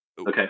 Okay